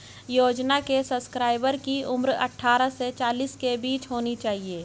योजना के सब्सक्राइबर की उम्र अट्ठारह से चालीस साल के बीच होनी चाहिए